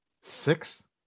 Six